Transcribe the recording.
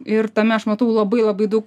ir tame aš matau labai labai daug